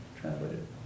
translated